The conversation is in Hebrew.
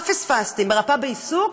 מה פספסתי, מרפאה בעיסוק?